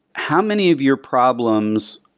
how many of your problems